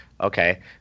okay